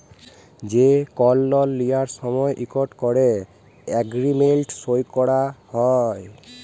যে কল লল লিয়ার সময় ইকট ক্যরে এগ্রিমেল্ট সই ক্যরা হ্যয়